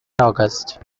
august